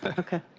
but okay.